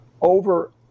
over